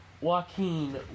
Joaquin